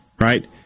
Right